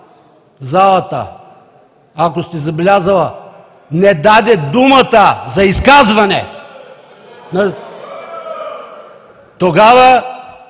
залата, ако сте забелязала, не даде думата за изказване. (Силен